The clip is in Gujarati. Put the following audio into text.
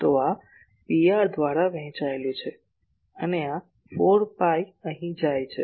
તો આ Pr દ્વારા વહેંચાયેલું છે અને આ 4 પાઇ અહીં જાય છે